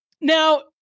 now